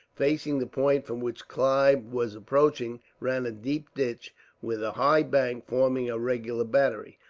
facing the point from which clive was approaching, ran a deep ditch with a high bank forming a regular battery.